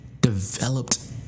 developed